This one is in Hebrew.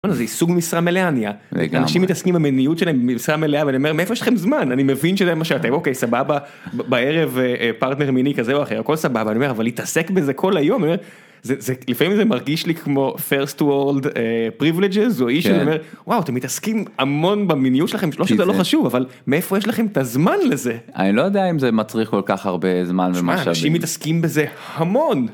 - בוא הנה, זה עיסוק במשרה מלאה נהיה. - לגמרי. - אנשים מתעסקים במיניות שלהם במשרה מלאה ואני אומר מאיפה יש לכם זמן? אני מבין שזה מה שאתם, אוקיי סבבה, בערב פרטנר מיני כזה או אחר, הכל סבבה, אני אומר אבל להתעסק בזה כל היום. אני אומר, זה זה לפעמים זה מרגיש לי כמו פירסט וורלד פריביליג'ס או אישו - כן - אני אומר וואו אתם מתעסקים המון במיניות שלכם, לא שזה לא חשוב, אבל מאיפה יש לכם את הזמן לזה? - אני לא יודע אם זה מצריך כל כך הרבה זמן ממה - שמע, אנשים מתעסקים בזה המון.